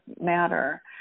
matter